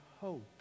hope